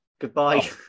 goodbye